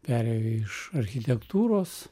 perėjo iš architektūros